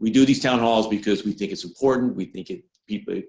we do these town halls because we think it's important we think it